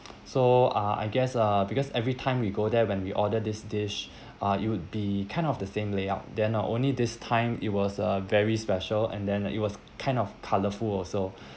so uh I guess uh because everytime we go there when we order this dish uh it would be kind of the same layout then not only this time it was uh very special and then it was kind of colourful also